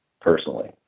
personally